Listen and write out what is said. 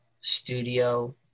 studio